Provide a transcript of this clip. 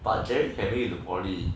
but 健伟 can get into poly